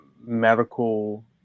medical